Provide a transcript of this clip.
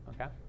Okay